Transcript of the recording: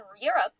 Europe